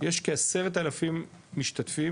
יש כ-10 אלפים משתתפים,